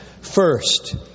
first